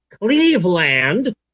Cleveland